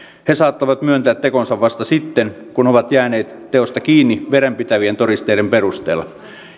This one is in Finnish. he saattavat myöntää tekonsa vasta sitten kun ovat jääneet teosta kiinni vedenpitävien todisteiden perusteella